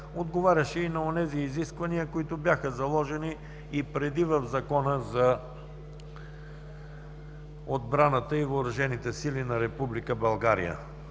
отговаряше и на онези изисквания, които бяха заложени и преди в Закона за отбраната и въоръжените сили на Република България.